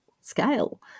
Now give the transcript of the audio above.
scale